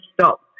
stop